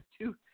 two